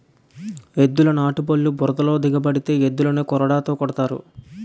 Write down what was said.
ఎద్దుల నాటుబల్లు బురదలో దిగబడితే ఎద్దులని కొరడాతో కొడతారు